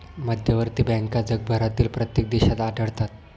मध्यवर्ती बँका जगभरातील प्रत्येक देशात आढळतात